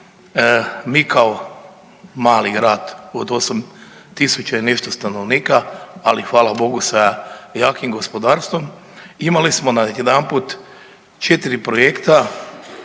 mi kao mali grad od 8.000 i nešto stanovnika, ali hvala Bogu sa jakim gospodarstvom imali smo najedanput četiri projekta,